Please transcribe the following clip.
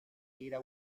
era